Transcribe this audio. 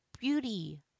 beauty